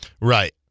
Right